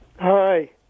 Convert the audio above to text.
Hi